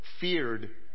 feared